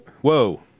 Whoa